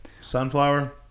Sunflower